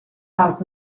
out